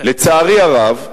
לצערי הרב,